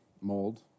mold